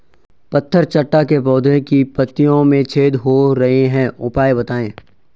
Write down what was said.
पत्थर चट्टा के पौधें की पत्तियों में छेद हो रहे हैं उपाय बताएं?